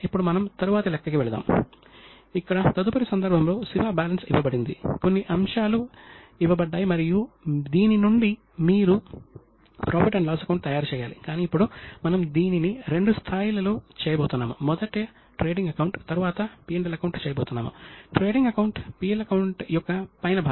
అతను అకౌంటింగ్ యొక్క విస్తృత పరిధిని పేర్కొన్నాడు మరియు దాని సరైన లక్ష్యం కోసం వివరణ మరియు అంచనాను పరిగణించాడు